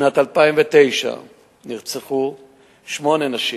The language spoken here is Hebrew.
בשנת 2009 נרצחו שמונה נשים.